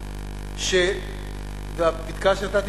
והפתקה שנתתי,